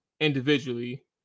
individually